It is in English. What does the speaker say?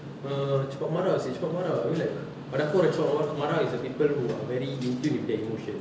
err cepat marah seh cepat marah I mean like pada aku cepat marah is a bit people who are very attune with their emotions